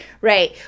Right